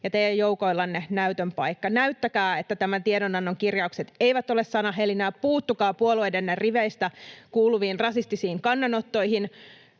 ja teidän joukoillanne näytön paikka. Näyttäkää, että tämän tiedonannon kirjaukset eivät ole sanahelinää. Puuttukaa puolueidenne riveistä kuuluviin rasistisiin kannanottoihin.